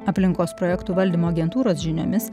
aplinkos projektų valdymo agentūros žiniomis